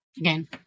again